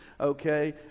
okay